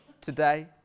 today